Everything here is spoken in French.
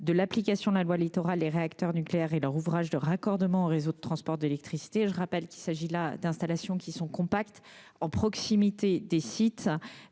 de l'application de la loi Littoral les réacteurs nucléaires et leurs ouvrages de raccordement au réseau de transport d'électricité. Il s'agit d'installations compactes, en proximité des sites,